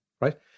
right